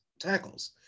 tackles